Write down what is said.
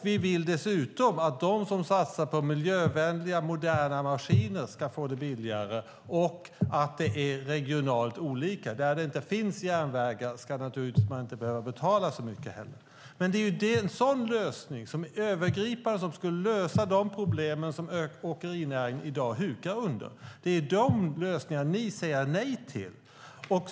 Vi vill dessutom att det ska vara billigare för dem som satsar på miljövänliga och moderna maskiner. Och det är regionalt olika. Där det inte finns järnvägar ska man naturligtvis inte behöva betala så mycket heller. Men detta är en lösning som är övergripande. Det här skulle lösa de problem som åkerinäringen i dag hukar under. Det är dessa lösningar ni säger nej till.